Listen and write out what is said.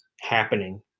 happening